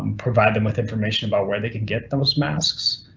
provide them with information about where they can get those masks.